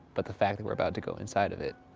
but the fact that we're about to go inside of it,